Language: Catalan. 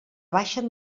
baixen